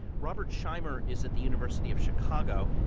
robert shimer is at the university of chicago.